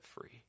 free